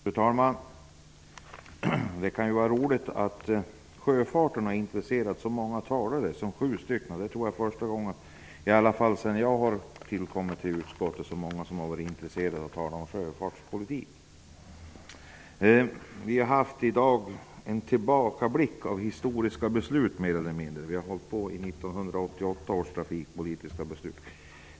Fru talman! Det är roligt att sjöfarten har intresserat så många som sju talare. Jag tror att det är första gången -- i alla fall sedan jag kom med i utskottet -- som så många har varit intresserade av att tala om sjöfartspolitiken. I dag har det mer eller mindre gjorts en tillbakablick på historiska beslut. Det har talats om 1988 års trafikpolitiska beslut.